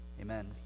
Amen